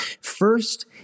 First